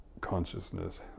consciousness